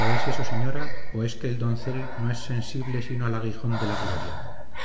o es eso señora o es que el doncel no es sensible sino al aguijón de la gloria